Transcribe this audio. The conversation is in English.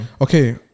Okay